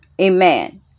Amen